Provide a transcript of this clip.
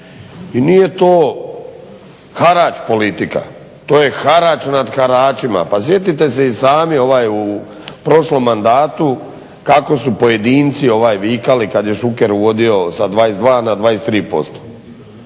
I nije to harač politika, to je harač nad haračima. Pa sjetite i sami u prošlom mandatu kako su pojedinci vikali kad je Šuker uvodio sa 22 na 23%.